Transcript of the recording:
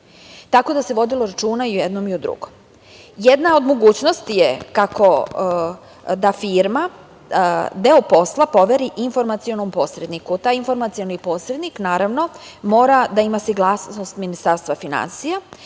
Tako da se vodilo računa i o jednom i o drugom. Jedna od mogućnosti je kako da firma deo posla poveri informacionom posredniku, taj informacioni posrednik naravno mora da ima saglasnost Ministarstva finansija